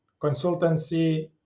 consultancy